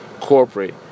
Corporate